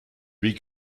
wie